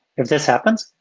if this happens,